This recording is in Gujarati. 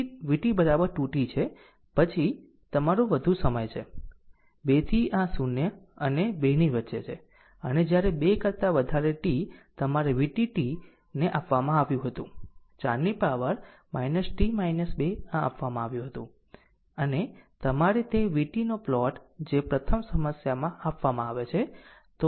તેથી તે vt 2 t છે અને પછી એક તમારું બધુ સમયક છે અને 2 થી આ 0 અને 2 ની વચ્ચે છે અને જ્યારે 2 કરતાં વધારે t તમારા vt tને આ આપવામાં આવ્યું હતું 4 ની પાવર t 2 આ આપવામાં આવ્યું હતું અને આ છે તમારી તે vt નો પ્લોટ જે પ્રથમ સમસ્યામાં આપવામાં આવે છે